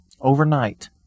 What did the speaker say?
Overnight